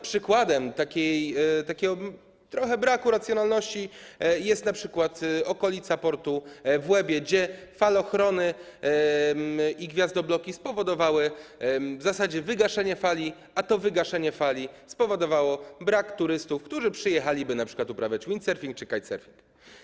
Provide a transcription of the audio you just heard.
Przykładem takiego trochę braku racjonalności jest np. okolica portu w Łebie, gdzie falochrony i gwiazdobloki spowodowały w zasadzie wygaszenie fali, a to wygaszenie fali spowodowało brak turystów, którzy przyjechaliby np. uprawiać windsurfing czy kitesurfing.